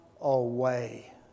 away